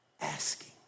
asking